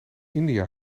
india